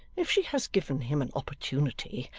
if she has given him an opportunity,